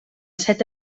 set